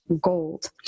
gold